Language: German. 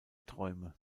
träume